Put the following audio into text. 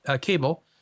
cable